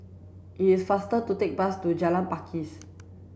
it is faster to take bus to Jalan Pakis